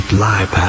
live